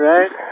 Right